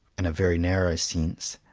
in a very narrow sense,